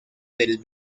del